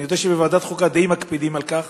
אני יודע שבוועדת חוקה די מקפידים על כך,